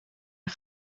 een